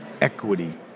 equity